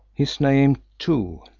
his name, too,